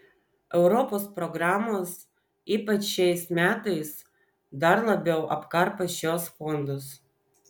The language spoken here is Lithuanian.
europos programos ypač šiais metais dar labiau apkarpo šiuos fondus